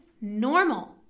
normal